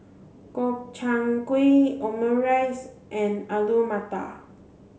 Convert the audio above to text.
Gobchang Gui Omurice and Alu Matar